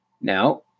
Now